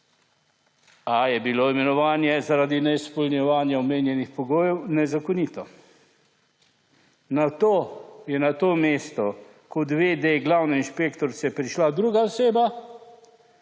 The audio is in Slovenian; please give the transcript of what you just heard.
a je bilo imenovanje zaradi neizpolnjevanja omenjenih pogojev nezakonito. Nato je na to mesto kot v.d. glavne inšpektorica prišla druga oseba,